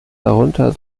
darunter